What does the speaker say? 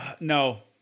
no